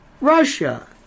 Russia